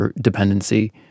dependency